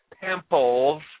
pimples